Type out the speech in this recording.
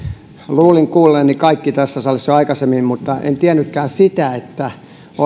luulin kuulleeni kaiken tässä salissa jo aikaisemmin mutta en tiennytkään sitä että